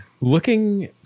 looking